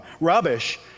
Rubbish